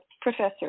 professor